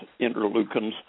interleukins